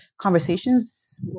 conversations